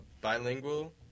bilingual